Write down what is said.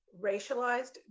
racialized